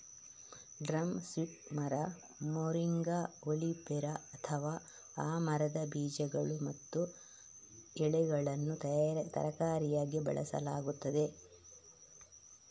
drum stick ಮರ, moringa oleifera, ಅಥವಾ ಆ ಮರದ ಬೀಜಗಳು ಮತ್ತು ಎಲೆಗಳನ್ನು ತರಕಾರಿಯಾಗಿ ಬಳಸಲಾಗುತ್ತದೆ